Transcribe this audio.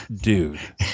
dude